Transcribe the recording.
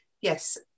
yes